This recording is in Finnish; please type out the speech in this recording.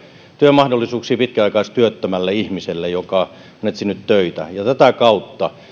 työmahdollisuuksia pitkäaikaistyöttömälle ihmiselle joka on etsinyt töitä tätä kautta